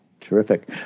terrific